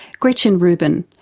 gretchen rubin,